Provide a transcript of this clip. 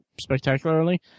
spectacularly